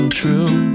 true